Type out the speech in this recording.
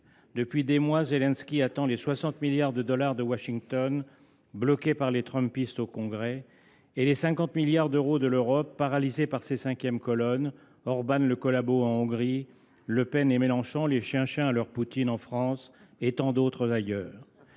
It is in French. Depuis des mois, Zelensky attend 60 milliards de dollars de Washington, bloqués par les Trumpistes au Congrès, et 50 milliards d’euros de l’Europe, paralysée par ses cinquièmes colonnes – Orbán le collabo en Hongrie, Le Pen et Mélenchon, les chiens chiens à leur Poutine en France, et tant d’autres ailleurs.